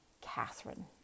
Catherine